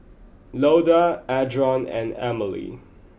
Loda Adron and Amalie